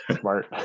Smart